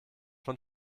von